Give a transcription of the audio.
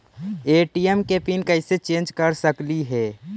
ATM के PIN कैसे change कर सकली ही?